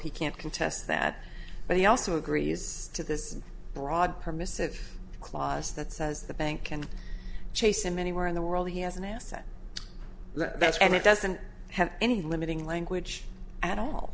he can't contest that but he also agrees to this broad permissive clause that says the bank can chase him anywhere in the world he has an asset that's and it doesn't have any limiting language at all